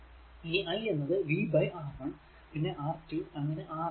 ഇനി i എന്നത് v R 1 പിന്നെ R 2 അങ്ങനെ R n വരെ